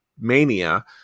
mania